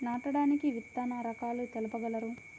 నాటడానికి విత్తన రకాలు తెలుపగలరు?